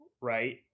right